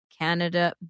Canada